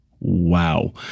Wow